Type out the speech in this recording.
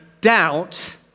doubt